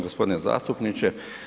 Gospodine zastupniče.